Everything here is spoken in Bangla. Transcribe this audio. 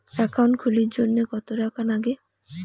একাউন্ট খুলির জন্যে কত টাকা নাগে?